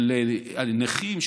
של נכים,